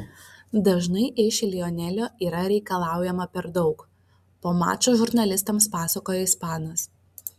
dažnai iš lionelio yra reikalaujama per daug po mačo žurnalistams pasakojo ispanas